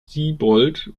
siebold